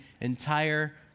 entire